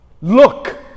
Look